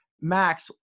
max